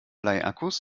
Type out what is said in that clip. bleiakkus